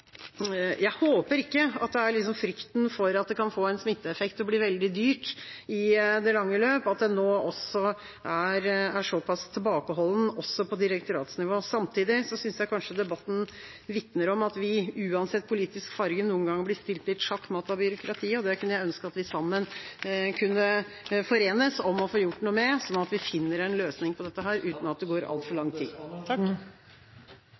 Jeg håper ikke det er frykten for at det kan få en smitteeffekt og bli veldig dyrt i det lange løp, som gjør at en nå er såpass tilbakeholden også på direktoratsnivå. Samtidig synes jeg kanskje debatten vitner om at vi, uansett politisk farge, noen ganger blir stilt litt sjakk matt av byråkratiet. Det kunne jeg ønske at vi sammen kunne forenes om å få gjort noe med, sånn at vi finner en løsning på dette uten at det går